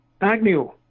Agnew